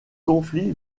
conflits